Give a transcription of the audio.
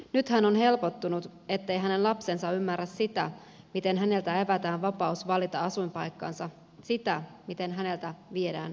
nyt hän on helpottunut ettei hänen lapsensa ymmärrä sitä miten häneltä evätään vapaus valita asuinpaikkansa sitä miten häneltä viedään ihmisoi keudet